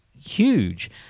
huge